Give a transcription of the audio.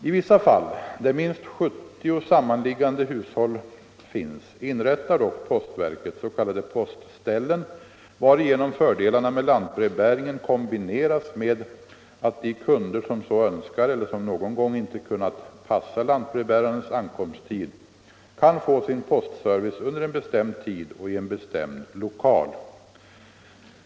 I vissa fall — där minst 70 sammanliggande hushåll finns — inrättar dock postverket s.k. postställen varigenom fördelarna med lantbrevbäringen kombineras med att de kunder som så önskar eller som någon gång inte kunnat passa lantbrevbärarens ankomsttid kan få sin postservice under en bestämd tid och i en bestämd lokal.